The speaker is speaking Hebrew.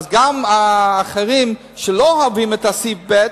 אז גם אחרים שלא אוהבים את סעיף ב'